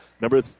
Number